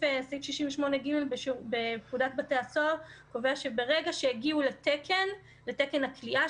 68(ג) בפקודת בתי הסוהר קובע שברגע שהגיעו לתקן הכליאה,